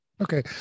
Okay